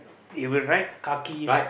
with the right kaki